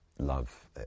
love